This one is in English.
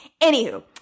Anywho